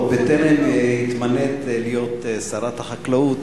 עוד בטרם התמנית להיות שרת החקלאות